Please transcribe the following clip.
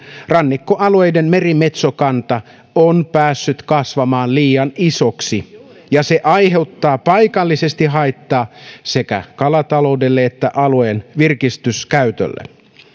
rannikkoalueiden merimetsokanta on päässyt kasvamaan liian isoksi ja se aiheuttaa paikallisesti haittaa sekä kalataloudelle että alueen virkistyskäytölle